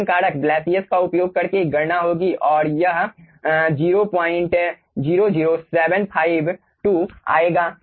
घर्षण कारक ब्लासियस का उपयोग करके गणना होगी और यह 000752 आएगा